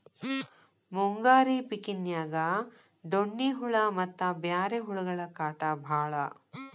ಮುಂಗಾರಿ ಪಿಕಿನ್ಯಾಗ ಡೋಣ್ಣಿ ಹುಳಾ ಮತ್ತ ಬ್ಯಾರೆ ಹುಳಗಳ ಕಾಟ ಬಾಳ